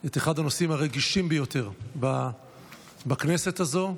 את אחד הנושאים הרגישים ביותר בכנסת הזו,